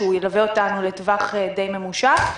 שילווה אותנו לטווח די ממושך.